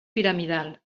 piramidal